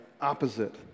opposite